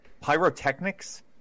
pyrotechnics